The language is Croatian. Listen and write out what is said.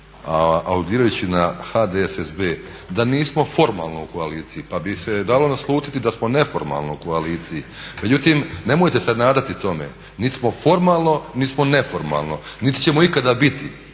aludirajući na HDSSB da nismo formalno u koaliciji pa bi se dalo naslutiti da smo neformalno u koaliciji, međutim nemojte se nadati tome, niti smo formalno niti smo neformalno niti ćemo ikada biti